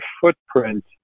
footprint